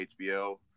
HBO